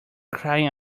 crying